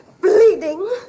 bleeding